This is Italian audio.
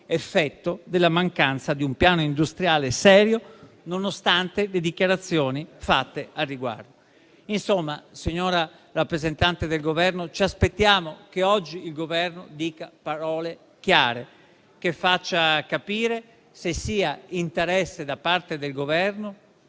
effetto della mancanza di un piano industriale serio, nonostante le dichiarazioni fatte al riguardo. Signora rappresentante del Governo, ci aspettiamo che oggi il Governo dica parole chiare e faccia capire se sia di suo interesse - di tutto il Governo